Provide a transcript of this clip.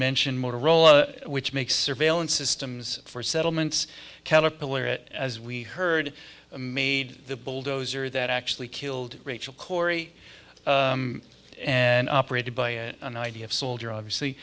mention motorola which makes surveillance systems for settlements caterpillar as we heard a made the bulldozer that actually killed rachel corrie and operated by an i d f soldier obviously